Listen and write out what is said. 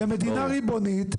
כמדינה ריבונית,